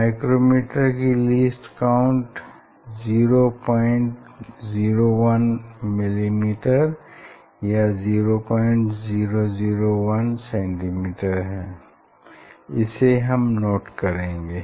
micrometer की least count 001mm या 0001cm है इसे हम नोट करेंगे